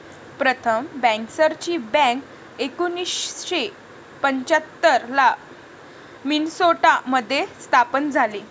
प्रथम बँकर्सची बँक एकोणीसशे पंच्याहत्तर ला मिन्सोटा मध्ये स्थापन झाली